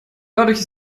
dadurch